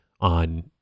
on